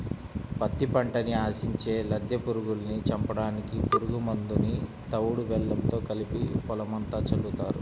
పత్తి పంటని ఆశించే లద్దె పురుగుల్ని చంపడానికి పురుగు మందుని తవుడు బెల్లంతో కలిపి పొలమంతా చల్లుతారు